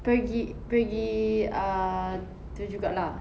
pergi pergi ah tu juga lah